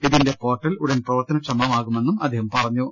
ഇതിന്റെ പോർട്ടൽ ഉടൻ പ്രവർത്തക്ഷമമാകുമെന്നും അദ്ദേഹം പറഞ്ഞു